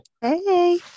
Hey